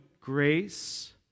grace